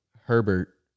Herbert